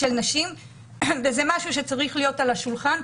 זה נושא שצריך להיות על השולחן.